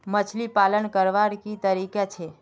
मछली पालन करवार की तरीका छे?